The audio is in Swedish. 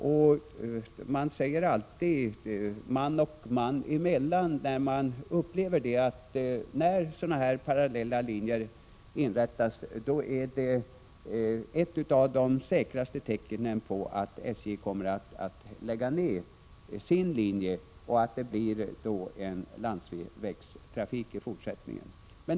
Det sägs alltid man och man emellan, när man upplever detta, att när sådana här parallella linjer upprättas är det ett av de säkraste tecknen på att SJ kommer att lägga ned sin linje och att det blir landsvägstrafik i fortsättningen.